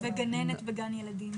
וגננת בגן ילדים?